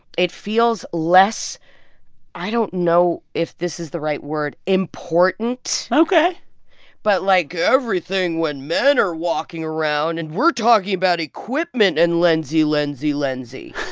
it feels less i don't know if this is the right word important ok but, like, everything when men are walking around and we're talking about equipment and lensy, lensy, lensy.